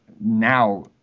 now